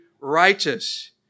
righteous